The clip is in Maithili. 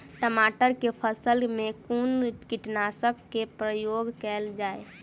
टमाटर केँ फसल मे कुन कीटनासक केँ प्रयोग कैल जाय?